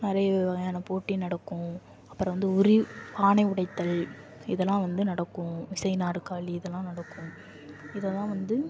நிறைய வகையான போட்டி நடக்கும் அப்புறம் வந்து உரி பானை உடைத்தல் இதெல்லாம் வந்து நடக்கும் இசை நாற்காலி இதெல்லாம் நடக்கும் இதை தான் வந்து